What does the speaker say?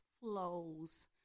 flows